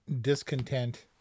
discontent